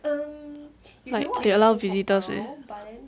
like they allow visitors meh